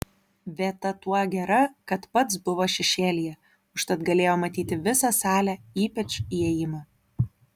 vieta tuo gera kad pats buvo šešėlyje užtat galėjo matyti visą salę ypač įėjimą